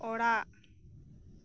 ᱚᱲᱟᱜ